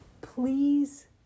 Please